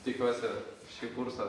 tikiuosi kad šį kursą